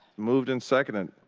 moved and seconded.